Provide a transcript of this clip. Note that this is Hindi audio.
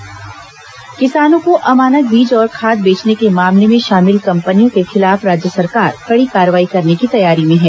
अमानक बीज किसानों को अमानक बीज और खाद बेचने के मामले में शामिल कंपनियों के खिलाफ राज्य सरकार कड़ी कार्रवाई करने की तैयारी में है